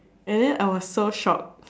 and then I was so shocked